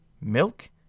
milk